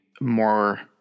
more